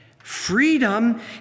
Freedom